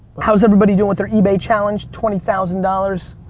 how's everybody doing with their ebay challenge twenty thousand dollars,